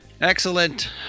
Excellent